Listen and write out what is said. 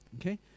Okay